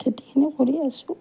খেতিখিনিও কৰিয়ে আছোঁ